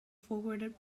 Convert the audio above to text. forwarded